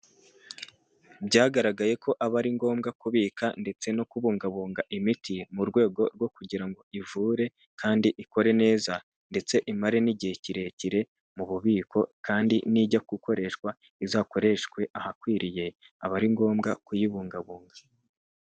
Byagaragaye ko aba ari ngombwa kubika ndetse no kubungabunga imiti mu rwego rwo kugira ngo ivure kandi ikore neza ndetse imare n'igihe kirekire mu bubiko, kandi nijya gukoreshwa izakoreshwe ahakwiriye, aba ari ngombwa kuyibungabunga.